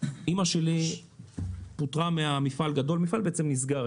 אימא שלי פוטרה ממפעל גדול שנסגר.